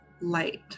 light